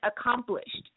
accomplished